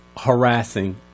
harassing